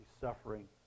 suffering